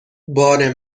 بار